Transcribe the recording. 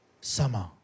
summer